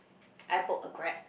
I book a Grab